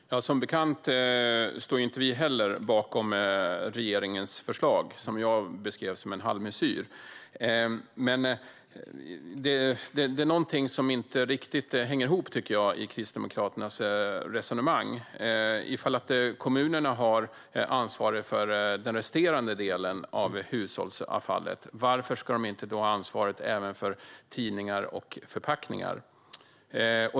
Fru talman! Som bekant står inte vi heller bakom regeringens förslag, som jag beskrev som en halvmesyr. Men det är någonting som inte riktigt hänger ihop i Kristdemokraternas resonemang, tycker jag. Ifall kommunerna har ansvaret för den resterande delen av hushållsavfallet, varför ska de inte ha ansvaret även för tidningar och förpackningar?